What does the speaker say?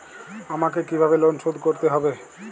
আমাকে কিভাবে লোন শোধ করতে হবে?